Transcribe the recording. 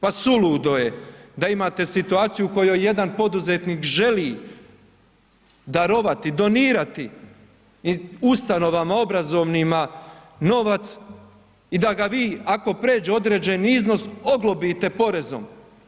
Pa suludo je da imate situaciju u kojoj jedan poduzetnik želi darovati, donirati ustanovama obrazovnima novac i da ga vi, ako pređe određeni iznos, oglobite porezom.